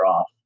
off